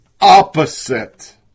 opposite